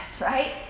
right